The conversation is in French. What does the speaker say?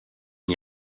n’y